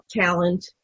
talent